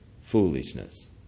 Foolishness